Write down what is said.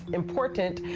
important.